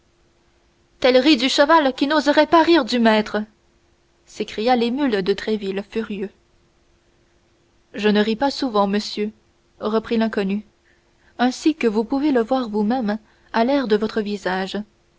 tel rit du cheval qui n'oserait pas rire du maître s'écria l'émule de tréville furieux je ne ris pas souvent monsieur reprit l'inconnu ainsi que vous pouvez le voir vous-même à l'air de mon visage